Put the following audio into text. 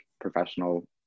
professional